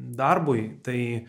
darbui tai